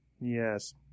Yes